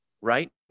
right